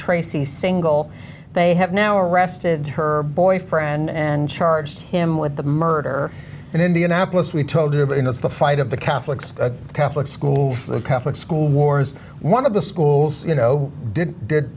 tracy single they have now arrested her boyfriend and charged him with the murder in indianapolis we told you about you know the fight of the catholics catholic schools the catholic school wars one of the schools you know did did